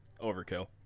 Overkill